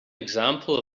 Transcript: example